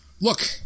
Look